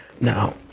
Now